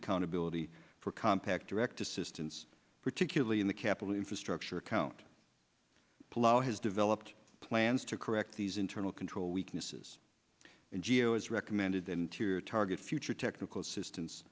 accountability for compaq direct assistance particularly in the capital infrastructure account palauan has developed plans to correct these internal control weaknesses and g e o s recommended interior targets future technical assistance